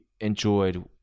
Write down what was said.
enjoyed